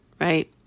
right